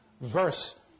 verse